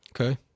Okay